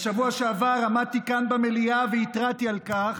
בשבוע שעבר עמדתי כאן במליאה והתרעתי על כך